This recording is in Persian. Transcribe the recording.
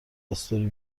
استوری